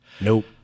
Nope